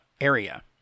Area